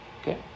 Okay